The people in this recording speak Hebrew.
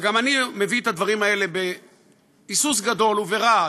וגם אני מביא את הדברים האלה בהיסוס גדול וברעד,